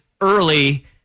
early